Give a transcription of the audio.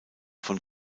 von